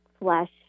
flesh